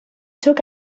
took